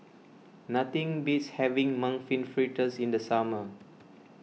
nothing beats having Mung Bean Fritters in the summer